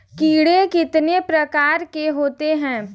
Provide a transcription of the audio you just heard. कीड़े कितने प्रकार के होते हैं?